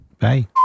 Bye